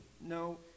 No